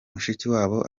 mushikiwabo